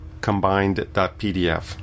combined.pdf